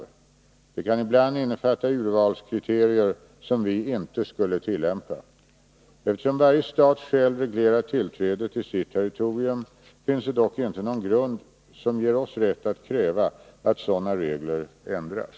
De kan ibland innefatta urvalskriterier som vi inte skulle tillämpa. Eftersom varje stat själv reglerar tillträdet till sitt territorium, finns det dock inte någon grund som ger oss rätt att kräva att sådana regler ändras.